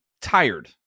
tired